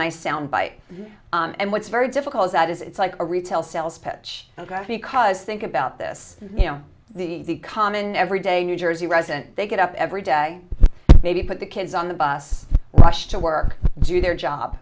nice sound bite and what's very difficult is that it's like a retail sales pitch because think about this you know the common every day new jersey resident they get up every day maybe put the kids on the bus rush to work do their job